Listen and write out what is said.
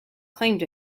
claimed